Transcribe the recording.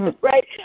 right